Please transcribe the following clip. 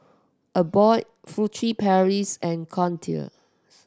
Abbott Furtere Paris and Kordel's